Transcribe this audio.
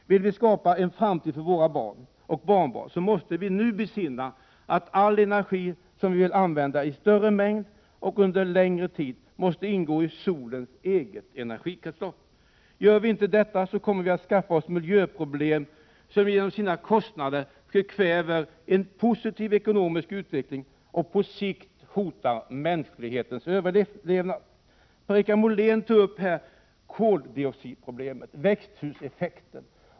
Om vi vill skapa en framtid för våra barn och barnbarn, måste vi nu besinna att all energi som vi vill använda i större mängd och under längre tid måste ingå i solens eget energikretslopp. Gör vi inte det, kommer vi att skaffa oss miljöproblem som genom sina kostnader förkväver en positiv ekonomisk utveckling och på sikt hotar mänsklighetens överlevnad. Per-Richard Molén tog upp koldioxidproblemet och växthuseffekten.